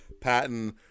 Patton